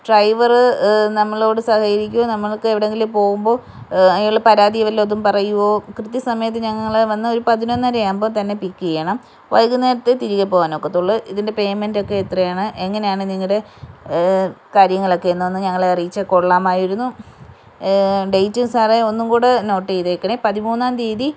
driver നമ്മളോട് സഹകരിക്കുമോ നമ്മൾക്ക് എവിടെങ്കിലും പോവുമ്പോൾ അയാൾ പരാതി വല്ലതും പറയോ കൃത്യസമയത്ത് ഞങ്ങളെ വന്ന് ഒരു പതിനൊന്നര ആവുമ്പോൾ തന്നെ പിക്ക് ചെയ്യണം വൈകുന്നേരത്തെ തിരികെ പോകാൻ ഒക്കത്തൊള്ളൂ ഇതിൻ്റെ പേയ്മെൻറ്റ് ഒക്കെ എത്രയാണ് എങ്ങനെയാണ് നിങ്ങളുടെ കാര്യങ്ങളൊക്കെ എന്താന്ന് ഞങ്ങളെ അറിയിച്ചാൽ കൊള്ളാമായിരുന്നു ഡേറ്റ് സാറെ ഒന്നുംകൂടെ നോട്ട് ചെയ്തേക്കണേ പതിമൂന്നാം തിയതി